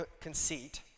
conceit